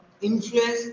influence